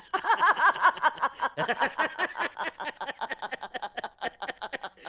ah i.